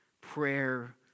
prayer